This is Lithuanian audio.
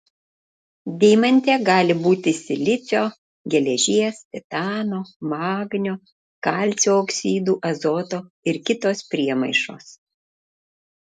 deimante gali būti silicio geležies titano magnio kalcio oksidų azoto ir kitos priemaišos